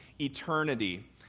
eternity